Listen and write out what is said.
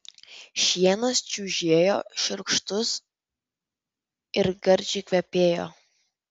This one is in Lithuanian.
šienas čiužėjo šiurkštus ir gardžiai kvepėjo